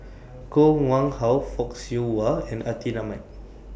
Koh Nguang How Fock Siew Wah and Atin Amat